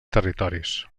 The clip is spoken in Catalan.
territoris